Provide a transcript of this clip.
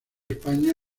españa